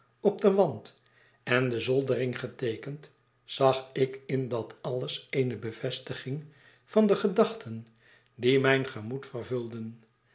op den wand en de zoldering geteekend zag ik in dat alles eene bevestiging van de gedachten die mijn gemoed vervulden